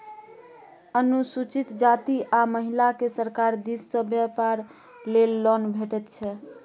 अनुसूचित जाती आ महिलाकेँ सरकार दिस सँ बेपार लेल लोन भेटैत छै